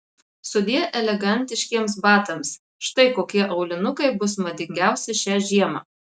sudie elegantiškiems batams štai kokie aulinukai bus madingiausi šią žiemą